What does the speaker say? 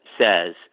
says